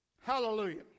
hallelujah